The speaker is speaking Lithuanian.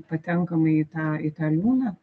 patenkama į tą į tą liūną